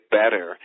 better